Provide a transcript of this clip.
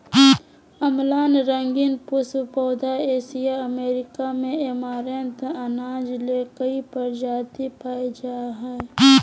अम्लान रंगीन पुष्प पौधा एशिया अमेरिका में ऐमारैंथ अनाज ले कई प्रजाति पाय जा हइ